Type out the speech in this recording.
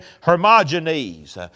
Hermogenes